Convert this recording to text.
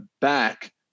back